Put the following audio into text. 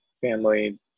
family